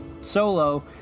Solo